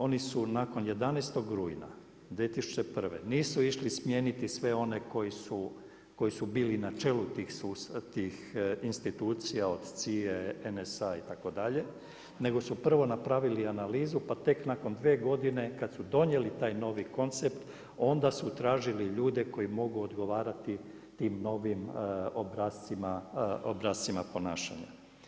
Oni su nakon 11. rujna 2001. nisu išli smijeniti sve one koji su, koji su bili na čelu tih institucija od CIA-e, NSA itd., nego su prvo napravili analizu pa tek nakon 2 godine kada su donijeli taj novi koncept onda su tražili ljude koji mogu odgovarati tim novim obrascima ponašanja.